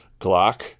Glock